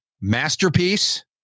masterpiece